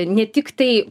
ne tiktai